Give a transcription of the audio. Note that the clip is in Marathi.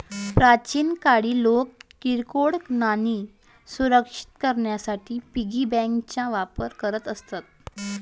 प्राचीन काळी लोक किरकोळ नाणी सुरक्षित करण्यासाठी पिगी बँकांचा वापर करत असत